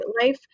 life